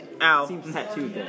Ow